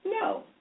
no